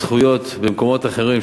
זכויות במקומות אחרים,